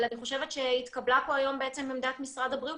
אבל אני חושבת שהתקבלה פה היום עמדת משרד הבריאות,